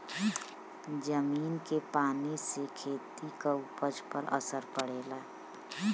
जमीन के पानी से खेती क उपज पर असर पड़ेला